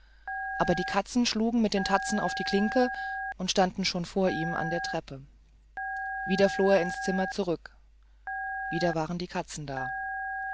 aber die katzen schlugen mit der tatze auf die klinke und standen schon vor ihm an der treppe wieder floh er ins zimmer zurück und wieder waren die katzen da